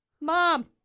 Mom